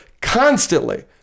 constantly